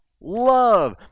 love